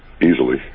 easily